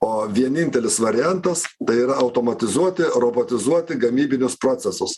o vienintelis variantas tai yra automatizuoti robotizuoti gamybinius procesus